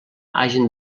hagin